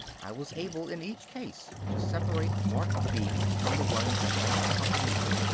i was able in each case to separate the marked bee from the ones that might accompany her,